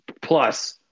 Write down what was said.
Plus